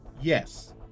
Yes